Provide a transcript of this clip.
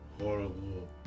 horrible